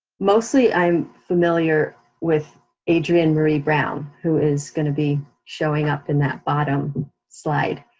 mostly i'm familiar with adrienne maree brown, who is gonna be showing up in that bottom slide.